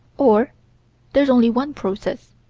or there's only one process,